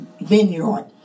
vineyard